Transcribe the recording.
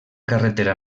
carretera